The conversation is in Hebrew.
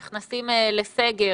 נכנסים לסגר